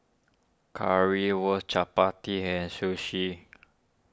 Currywurst Chapati and Sushi